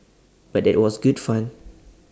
but that was good fun